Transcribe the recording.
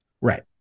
Right